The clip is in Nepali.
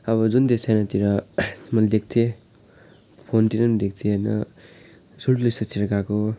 अब जुन चाहिँ सानोतिर मैले देख्थेँ फोनतिर पनि देख्थेँ होइन तिर गाएको